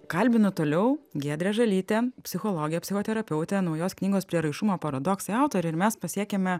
kalbinu toliau giedrę žalytę psichologę psichoterapeutę naujos knygos prieraišumo paradoksai autorę ir mes pasiekėme